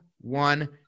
one